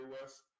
West